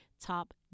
top